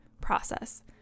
process